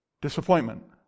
Disappointment